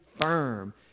firm